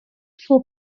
suo